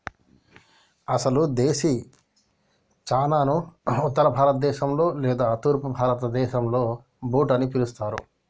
అసలు దేశీ చనాను ఉత్తర భారత దేశంలో లేదా తూర్పు భారతదేసంలో బూట్ అని పిలుస్తారు